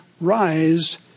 rise